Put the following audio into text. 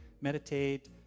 meditate